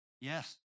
Yes